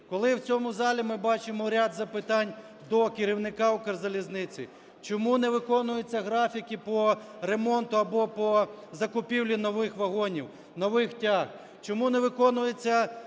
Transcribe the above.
Коли в цьому залі ми бачимо ряд запитань до керівника "Укрзалізниці": чому не виконуються графіки по ремонту або по закупівлі нових вагонів, нових тяг, чому не виконуються